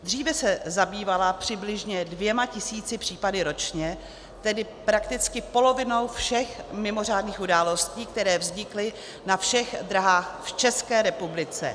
Dříve se zabývala přibližně 2 tisíci případy ročně, tedy prakticky polovinou všech mimořádných událostí, které vznikly na všech dráhách v České republice.